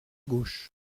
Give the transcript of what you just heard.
gauche